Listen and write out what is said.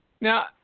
Now